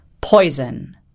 poison